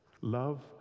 Love